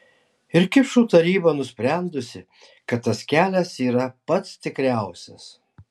ir kipšų taryba nusprendusi kad tas kelias yra pats tikriausias